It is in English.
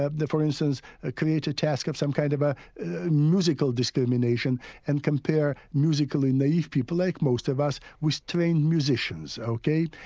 ah for instance ah create a task of some kind of a musical discrimination and compare musical and naive people like most of us, with trained musicians, okay?